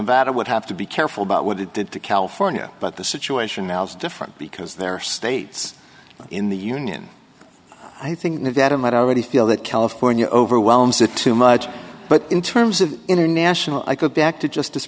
that it would have to be careful about what it did to california but the situation al's different because there are states in the union i think nevada might already feel that california overwhelms it too much but in terms of international i go back to justice